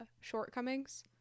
shortcomings